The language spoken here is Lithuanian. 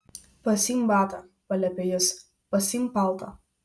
pasiimk batą paliepė jis pasiimk paltą